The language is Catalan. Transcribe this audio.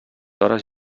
hores